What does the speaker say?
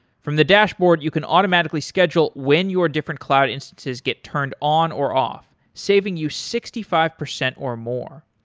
from the dashboard, you can automatically schedule when your different cloud instances get turned on or off, saving you sixty five percent or more.